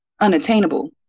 unattainable